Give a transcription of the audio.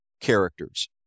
characters